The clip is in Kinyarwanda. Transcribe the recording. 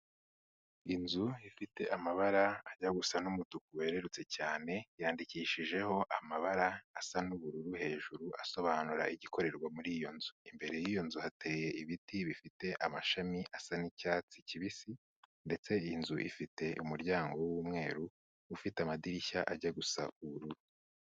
Inzu ifite amabara ajya gusa n'umutuku werurutse cyane, yandikishijeho amabara asa n'ubururu hejuru, asobanura igikorerwa muri iyo nzu. Imbere y'iyo nzu hateye ibiti bifite amashami asa n'icyatsi kibisi, ndetse iyi nzu ifite umuryango w'umweru, ufite amadirishya ajya gusa ubururu.